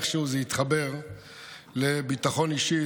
איכשהו זה התחבר לביטחון אישי.